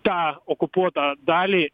tą okupuotą dalį